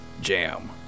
Jam